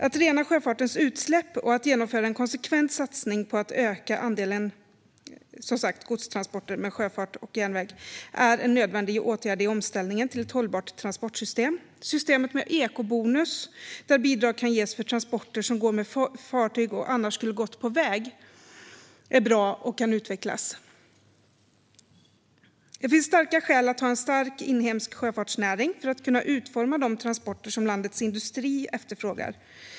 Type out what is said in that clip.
Att rena sjöfartens utsläpp och genomföra en konsekvent satsning på att öka andelen godstransporter med sjöfart och på järnväg är en nödvändig åtgärd i omställningen till ett hållbart transportsystem. Systemet med eco-bonus där bidrag kan ges för transporter som går med fartyg och annars skulle ha gått på väg är bra och kan utvecklas. Det finns starka skäl för att ha en stark inhemsk sjöfartsnäring för att kunna utforma de transporter som landets industri efterfrågar.